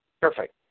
Perfect